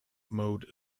mode